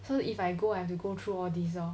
so if I go I have to go through all these lor